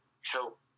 help